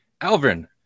Alvin